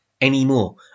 Anymore